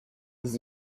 his